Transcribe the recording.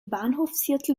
bahnhofsviertel